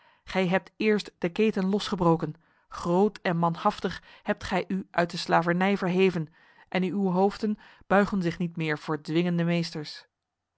gij hebt eerst de keten losgebroken groot en manhaftig hebt gij u uit de slavernij verheven en uw hoofden buigen zich niet meer voor dwingende meesters